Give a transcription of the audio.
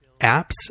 apps